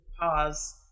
pause